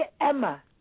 Emma